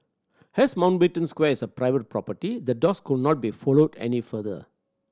as Mountbatten Square is a private property the dogs could not be followed any further